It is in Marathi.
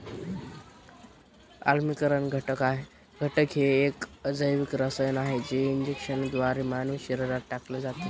आम्लीकरण घटक हे एक अजैविक रसायन आहे जे इंजेक्शनद्वारे मानवी शरीरात टाकले जाते